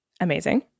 amazing